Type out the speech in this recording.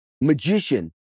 magician